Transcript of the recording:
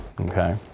okay